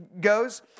goes